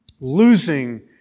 losing